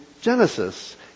Genesis